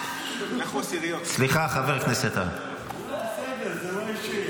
סליחה, חבר הכנסת טאהא.